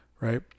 right